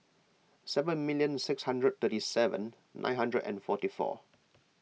seven million six hundred thirty seven nine hundred and forty four